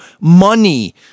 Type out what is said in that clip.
money